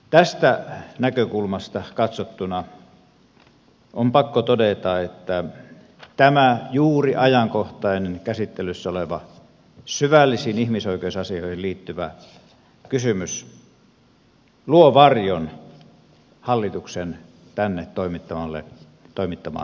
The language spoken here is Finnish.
tästä näkökulmasta katsottuna on pakko todeta että tämä juuri ajankohtainen käsittelyssä oleva syvällisiin ihmisoikeusasioihin liittyvä kysymys luo varjon hallituksen tänne toimittamalle ihmisoikeusselonteolle